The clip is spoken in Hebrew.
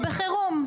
אנחנו בחירום.